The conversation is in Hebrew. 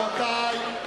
רבותי,